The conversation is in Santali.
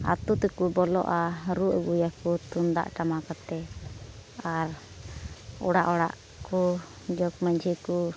ᱟᱹᱛᱩ ᱛᱮᱠᱚ ᱵᱚᱞᱚᱜᱼᱟ ᱨᱩ ᱟᱹᱜᱩᱭᱟᱠᱚ ᱛᱩᱢᱫᱟᱜ ᱴᱟᱢᱟᱠ ᱟᱛᱮᱫ ᱟᱨ ᱚᱲᱟᱜ ᱚᱲᱟᱜ ᱠᱚ ᱡᱚᱜᱽ ᱢᱟᱺᱡᱷᱤ ᱠᱚ